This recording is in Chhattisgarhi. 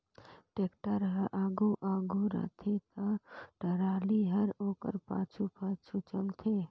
टेक्टर हर आघु आघु रहथे ता टराली हर ओकर पाछू पाछु चलथे